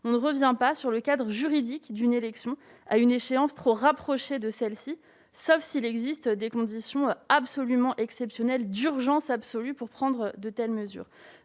on ne revient pas sur le cadre juridique d'une élection à une échéance trop rapprochée de celle-ci, sauf s'il existe des conditions d'urgence absolument exceptionnelle pour prendre de telles mesures.